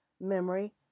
memory